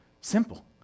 Simple